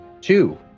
two